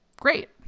great